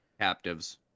Captives